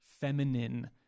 feminine